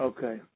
Okay